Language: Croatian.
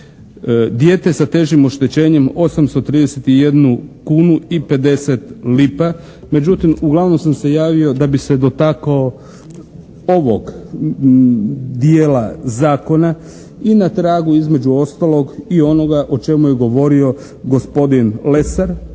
Dijete sa težim oštećenjem 831 kunu i 50 lipa. Međutim, uglavnom sam se javio da bih se dotakao ovog dijela zakona i na tragu između ostalog i onoga o čemu je govorio gospodin Lesar